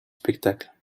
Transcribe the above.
spectacle